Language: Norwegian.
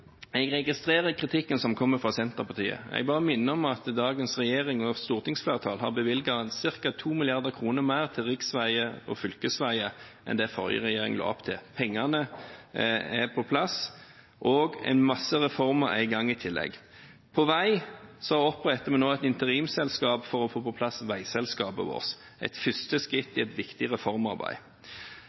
veibevilgninger, registrerer jeg kritikken som kommer fra Senterpartiet. Jeg bare minner om at dagens regjering og stortingsflertall har bevilget ca. 2 mrd. kr mer til riksveier og fylkesveier enn det forrige regjering la opp til. Pengene er på plass, og en masse reformer er i gang i tillegg. På vei oppretter vi nå et interimselskap for å få på plass veiselskapet vårt – et første skritt i et viktig reformarbeid.